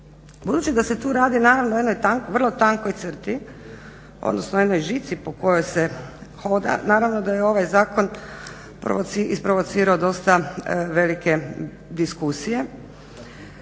Budući da se tu radi naravno o jednoj tankoj, vrlo tankoj crti, odnosno jednoj žici po kojoj se hoda, naravno da je ovaj zakon isprovocirao dosta velike diskusije